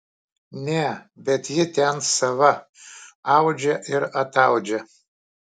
ne bet ji ten sava audžia ir ataudžia